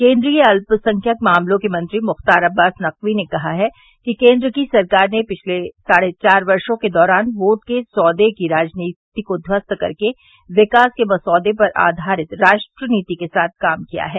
केन्द्रीय अल्पसंख्यक मामलों के मंत्री मुख्तार अब्बास नकवी ने कहा है कि केन्द्र की सरकार ने पिछले साढ़े चार वर्षो के दौरान वोट के सौदे की राजनीति को ध्वस्त कर के विकास के मसौदे पर आघारित राष्ट्रनीति के साथ काम किया है